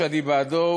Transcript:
שאני בעדו,